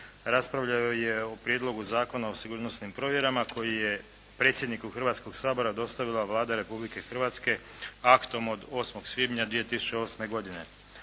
raspravljao je o Prijedlogu Zakona o sigurnosnim provjerama koji je predsjedniku Hrvatskog sabora dostavila Vlada Republike Hrvatske aktom od 8. svibnja 2008. godine.